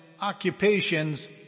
occupations